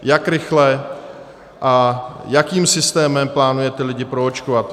Jak rychle a jakým systémem plánujete ty lidi proočkovat?